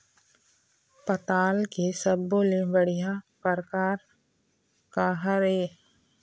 पताल के सब्बो ले बढ़िया परकार काहर ए?